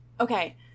Okay